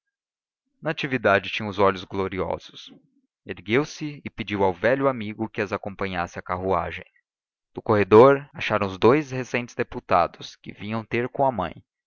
fim natividade tinha os olhos gloriosos ergueu-se e pediu ao velho amigo que as acompanhasse à carruagem no corredor acharam os dous recentes deputados que vinham ter com a mãe